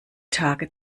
tage